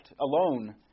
alone